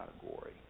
category